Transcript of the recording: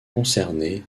concernés